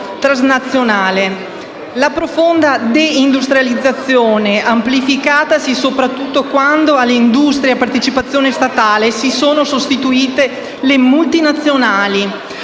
La profonda deindustrializzazione (amplificatasi soprattutto quando alle industrie a partecipazione statale si sono sostituite le multinazionali)